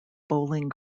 bowling